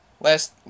Last